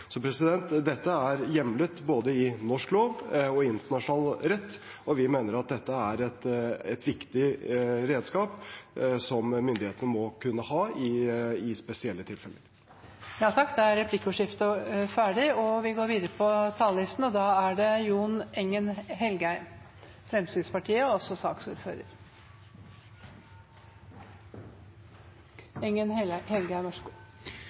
Så dette er hjemlet både i norsk lov og i internasjonal rett, og vi mener at det er et viktig redskap som myndighetene må kunne ha i spesielle tilfeller. Replikkordskiftet er omme. De talere som heretter får ordet, har en taletid på inntil 3 minutter. Det